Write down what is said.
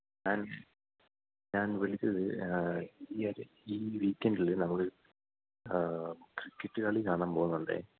ഞാൻ ഞാൻ വിളിച്ചത് ഈയൊരു ഈ വീക്കെൻഡിൽ നമ്മളൊരു ക്രിക്കറ്റ് കളി കാണാൻ പോകുന്നുണ്ട്